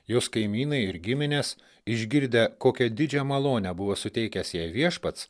jos kaimynai ir giminės išgirdę kokią didžią malonę buvo suteikęs jai viešpats